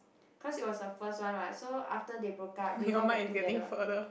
cause it was the first one right so after they broke up they got back together